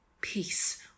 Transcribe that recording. Peace